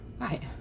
Right